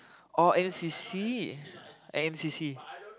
oh N_C_C N_C_C